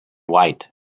white